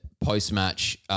post-match